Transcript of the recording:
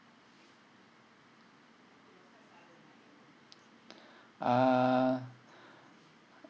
uh